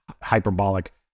hyperbolic